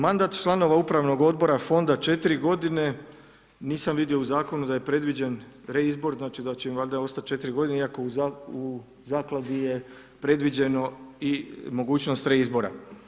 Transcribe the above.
Mandata članova Upravnog odbora fonda 4 godine, nisam vidio u zakonu da je predviđen reizbor, znači da će im valjda ostati 4 godine iako u Zakladi je predviđeno i mogućnost reizbora.